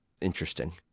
interesting